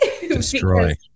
Destroy